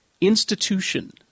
institution